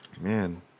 man